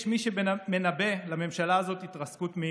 יש מי שמנבא לממשלה הזאת התרסקות מהירה,